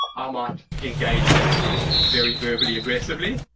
ah might engage back very verbally aggressively,